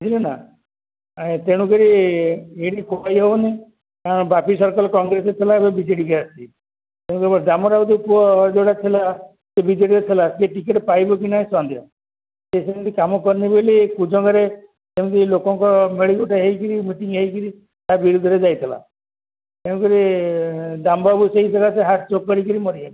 ବୁଝିଲି ନା ତେଣୁକରି ଏଠି କହି ହେବନି ବାପି ସରକାର କଂଗ୍ରେସରେ ଥିଲା ଏବେ ବିଜେଡ଼ି ଆସିଛି ତେଣୁକରି ଦାମ ବାବୁର ଯୋଉ ପୁଅ ଯୋଉଟା ଥିଲା ସେ ବିଜେଡ଼ିରେ ଥିଲା ସେ ଟିକେଟ୍ ପାଇବ କି ନାହିଁ ସନ୍ଦେହ କାମ କରିନି ବୋଲି କୁଜଙ୍ଗରେ ସେମିତି ଲୋକଙ୍କ ମିଳି ଗୋଟେ ହେଇକିରି ମିଟିଂ ହେଇକିରି ତା ବିରୁଦ୍ଧରେ ଯାଇଥିଲା ତେଣୁକରି ଦାମବାବୁ ସେଇଥିଲା ସେ ହାର୍ଟ ଚୋକ୍ କରିକିରି ମରିଯିବେ